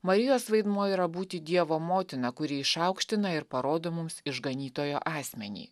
marijos vaidmuo yra būti dievo motina kuri išaukština ir parodo mums išganytojo asmenį